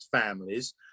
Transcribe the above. families